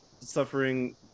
suffering